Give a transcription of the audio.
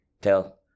tell